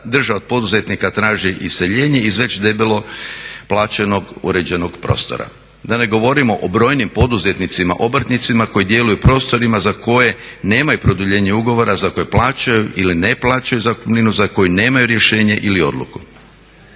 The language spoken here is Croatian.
država od poduzetnika traži iseljenje iz već debelo plaćenog uređenog prostora. Da ne govorimo o brojnim poduzetnicima obrtnicima koji djeluju u prostorima za koje nemaju produljenje ugovora za koje plaćaju ili ne plaćaju zakupninu za koju nemaju rješenje ili odluku.